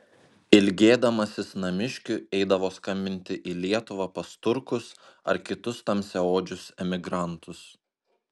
ilgėdamasis namiškių eidavo skambinti į lietuvą pas turkus ar kitus tamsiaodžius emigrantus